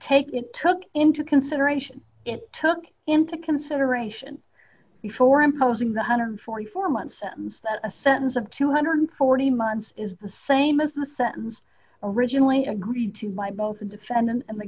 take it took into consideration it took into consideration before imposing the one hundred and forty four months sentence that a sentence of two hundred and forty months is the same as the sentence originally agreed to my both the defendant and the